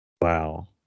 Wow